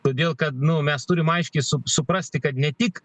todėl kad nu mes turim aiškiai su suprasti kad ne tik